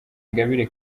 ingabire